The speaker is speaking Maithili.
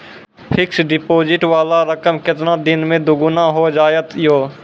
फिक्स्ड डिपोजिट वाला रकम केतना दिन मे दुगूना हो जाएत यो?